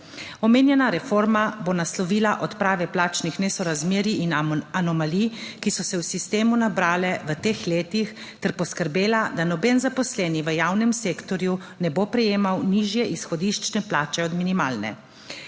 Omenjena reforma bo naslovila odprave plačnih nesorazmerij in anomalij, ki so se v sistemu nabrale v teh letih, ter poskrbela, da noben zaposleni v javnem sektorju ne bo prejemal nižje izhodiščne plače od minimalne.